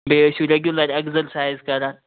بیٛیہِ ٲسِو regular exercise کران